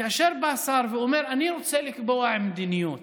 כאשר בא שר ואומר: אני רוצה לקבוע מדיניות,